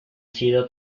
sido